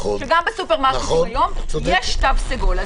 גם בסופרמרקטים היום יש תו סגול.